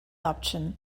option